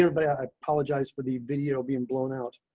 yeah but i apologize for the video being blown out